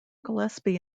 gillespie